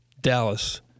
Dallas